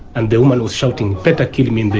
and the woman was shouting, better kill me then.